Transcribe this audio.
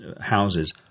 houses